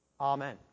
Amen